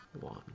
one